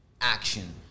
action